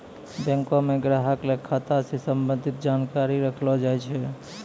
बैंको म ग्राहक ल खाता स संबंधित जानकारी रखलो जाय छै